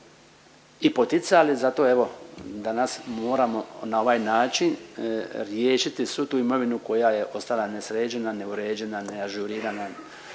i poticali. Zato evo danas moramo na ovaj način riješiti svu tu imovinu koja je ostala nesređena, neuređena, neažurirana